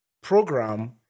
Program